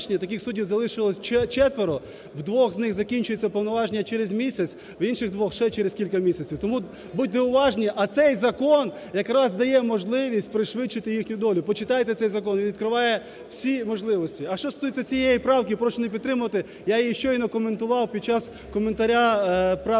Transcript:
двох з них закінчуються повноваження через місяць. У інших двох – ще через кілька місяців. Тому будьте уважні. А цей закон якраз дає можливість пришвидшити їхню долю. Почитайте цей закон, він відкриває всі можливості. А що стосується цієї правки, прошу не підтримувати. Я її щойно коментував, під час коментаря правки